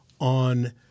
on